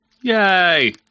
Yay